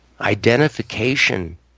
identification